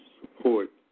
support